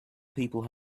people